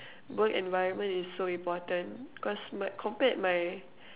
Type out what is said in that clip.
work environment is so important cause my compared my